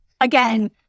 Again